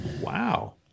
Wow